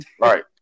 Right